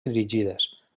dirigides